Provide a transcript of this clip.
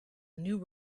new